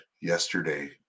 yesterday